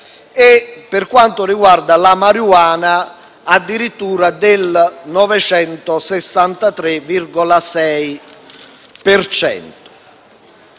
per quanto riguarda la *marijuana*, addirittura del 963,6